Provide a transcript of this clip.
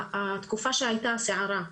שבתקופה שהייתה הסערה,